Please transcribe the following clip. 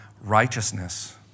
righteousness